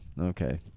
okay